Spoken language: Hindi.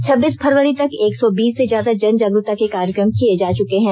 छब्बीस फरवरी तक एक सौ बीस से ज्यादा जन जागरुकता के कार्यक्रम किए जा चुके हैं